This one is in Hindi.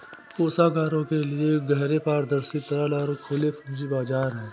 कोषागारों के लिए गहरे, पारदर्शी, तरल और खुले पूंजी बाजार हैं